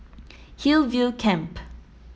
Hillview Camp